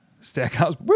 Stackhouse